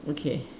okay